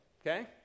Okay